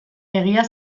egia